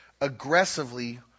aggressively